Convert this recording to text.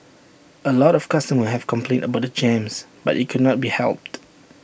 A lot of customers have complained about the jams but IT cannot be helped